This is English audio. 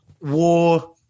war